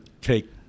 take